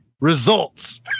results